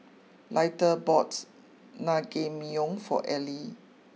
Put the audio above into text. Leitha bought Naengmyeon for Eli